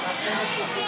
נתקבל.